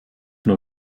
nur